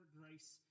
grace